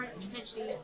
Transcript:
potentially